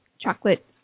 chocolate